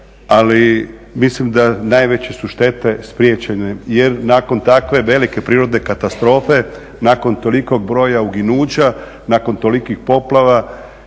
ali mislim da najveće su štete spriječene jer nakon takve velike prirodne katastrofe, nakon tolikog broja uginuća, nakon tolikih poplava,